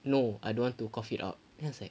no I don't want to cough it out then I was like